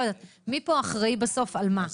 לא יודעת, מי פה אחראי בסוף על מה?